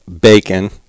bacon